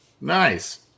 Nice